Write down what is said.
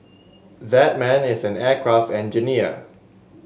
that man is an aircraft engineer